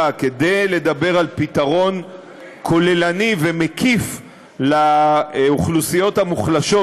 כדי לדבר על פתרון כוללני ומקיף לאוכלוסיות המוחלשות,